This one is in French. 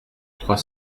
trois